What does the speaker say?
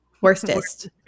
worstest